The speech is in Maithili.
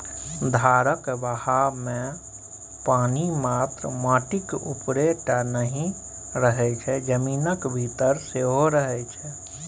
धारक बहावमे पानि मात्र माटिक उपरे टा नहि रहय छै जमीनक भीतर सेहो रहय छै